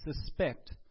suspect